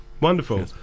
Wonderful